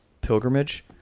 pilgrimage